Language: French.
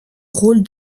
rôle